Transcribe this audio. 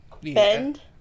Bend